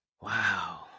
Wow